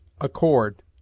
Accord